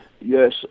Yes